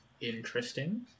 Interesting